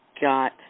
got